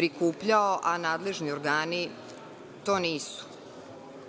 prikupljao, a nadležni organi to nisu. Ono